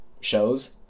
shows